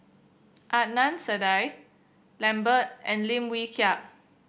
Adnan Saidi Lambert and Lim Wee Kiak